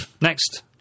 next